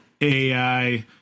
AI